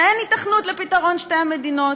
שאין היתכנות לפתרון שתי המדינות,